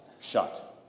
shut